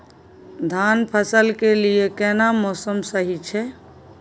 धान फसल के लिये केना मौसम सही छै?